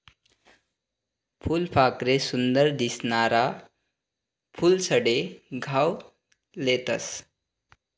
फुलपाखरे सुंदर दिसनारा फुलेस्कडे धाव लेतस